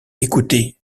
écoutez